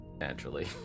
Naturally